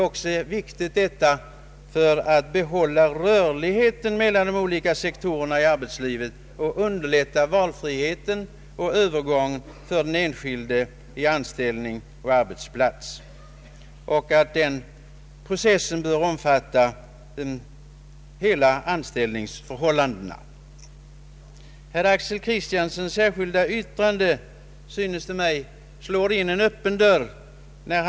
Detta är viktigt också för att behålla rörligheten mellan de olika sektorerna i arbetslivet och underlätta valfrihet och övergång för den enskilde beträffande anställning och arbetsplats. Processen bör omfatta samtliga anställningsförhållanden. Herr Axel Kristianssons särskilda yttrande synes mig slå in öppna dörrar.